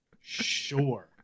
sure